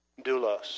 Doulos